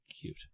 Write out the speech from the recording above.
cute